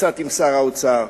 קצת עם שר האוצר,